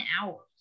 hours